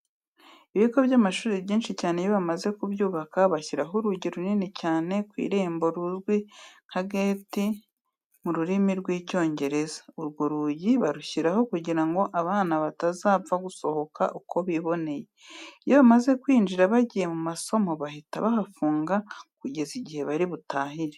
Ibigo by'amashuri byinshi cyane iyo bamaze kubyubaka bashyiraho urugi runini cyane ku irembo ruzwi nka gate mu rurimi rw'Icyongereza. Urwo rugi barushyiraho kugira ngo abana batazajya bapfa gusohoka uko babonye. Iyo bamaze kwinjira bagiye mu masomo bahita bahafunga kugeza igihe bari butahire.